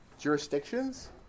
jurisdictions